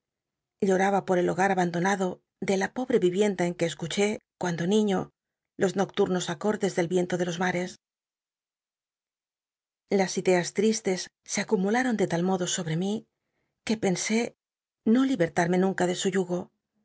lloraba por el hogar abandonado de la pobr c vil'iencla en que escuchó cuando niño lo nocturnos acor dcs del viento de los mares las ideas tristes se acumularon de tal modo sobre mí que pensé no libertarme nunc de su yugo